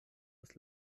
des